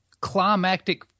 climactic